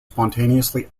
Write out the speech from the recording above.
spontaneously